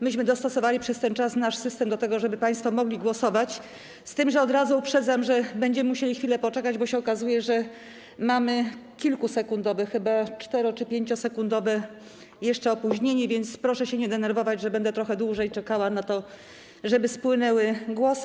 Myśmy dostosowali przez ten czas nasz system do tego, żeby państwo mogli głosować, z tym że od razu uprzedzam, że będziemy musieli chwilę poczekać, bo się okazuje, że jeszcze mamy kilkusekundowe, chyba 4- czy 5-sekundowe opóźnienie, więc proszę się nie denerwować, że będę trochę dłużej czekała na to, żeby spłynęły głosy.